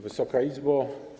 Wysoka Izbo!